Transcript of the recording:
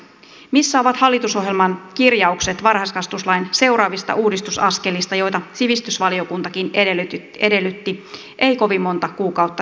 missä ovat hallitusohjelman kirjaukset varhaiskasvatuslain seuraavista uudistusaskelista joita sivistysvaliokuntakin edellytti ei kovin monta kuukautta sitten